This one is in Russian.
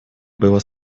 было